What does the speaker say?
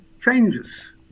changes